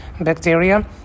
bacteria